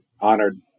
honored